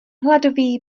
hladový